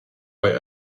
bei